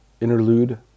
interlude